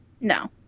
No